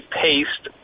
paste